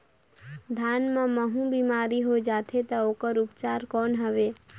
धान मां महू बीमारी होय जाथे तो ओकर उपचार कौन हवे?